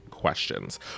Questions